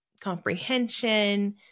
comprehension